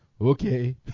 Okay